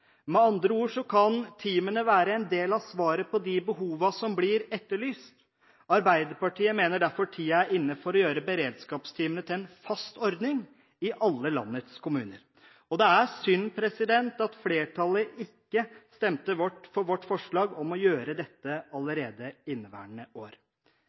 Med andre ord kan teamene være en del av svarene på de behovene som blir etterlyst. Arbeiderpartiet mener derfor at tiden er inne for å gjøre beredskapsteamene til en fast ordning i alle landets kommuner. Det er synd at flertallet ikke stemte for vårt forslag om å gjøre dette allerede inneværende år.